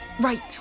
Right